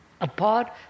apart